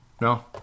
No